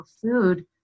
food